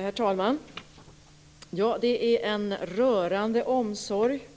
Herr talman! Det är en rörande omsorg